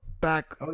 back